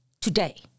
today